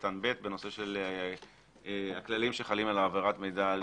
קטן (ב) בנושא של הכללים שחלים על העברת מידע.